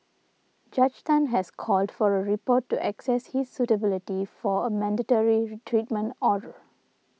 Judge Tan has called for a report to access his suitability for a mandatory treatment order